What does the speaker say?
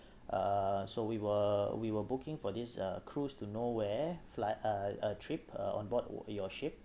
uh so we were we were booking for this uh cruise to nowhere flight uh uh trip uh on board your ship